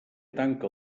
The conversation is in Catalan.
tanca